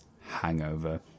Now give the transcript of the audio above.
hangover